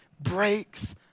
Breaks